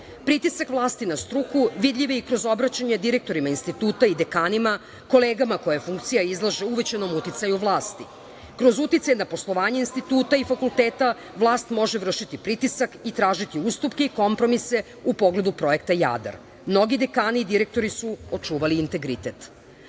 Pritisak vlasti na struku vidljiv je i kroz obraćanje direktorima instituta i dekanima, kolegama koje funkcija izlaže uvećanom uticaju vlasti. Kroz uticaj na poslovanje instituta i fakulteta, vlast može vršiti pritisak i tražiti ustupke i kompromise u pogledu Projekta "Jadar". Mnogi dekani i direktori su očuvali integritet. Kao